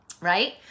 right